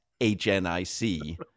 H-N-I-C